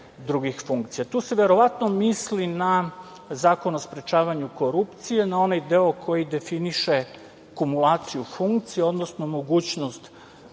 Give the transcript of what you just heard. Tu se verovatno misli na Zakon o sprečavanju korupcije, na onaj deo koji definiše kumulaciju funkcije, odnosno mogućnost kumulacije